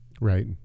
right